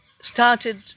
started